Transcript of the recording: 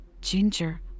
Ginger